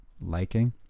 liking